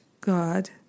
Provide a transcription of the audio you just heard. God